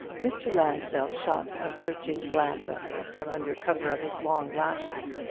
mr. lansdell shot a searching glance at her from under cover of his long lashes.